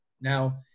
Now